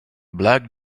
black